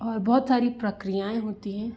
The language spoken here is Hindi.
और बहुत सारी प्रक्रियाऍं होती हैं